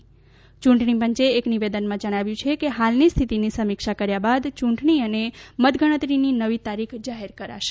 યૂંટણીપંચે એક નિવેદનમાં જણાવ્યું છે કે હાલની સ્થિતિની સમીક્ષા કર્યા બાદ યૂંટણી અને મતગણતરીની નવી તારીખ જાહેર કરાશે